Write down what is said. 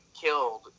killed